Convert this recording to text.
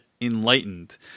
enlightened